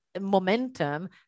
momentum